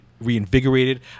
reinvigorated